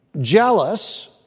jealous